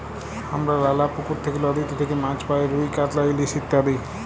হামরা লালা পুকুর থেক্যে, লদীতে থেক্যে মাছ পাই রুই, কাতলা, ইলিশ ইত্যাদি